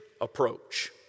approach